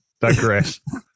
digress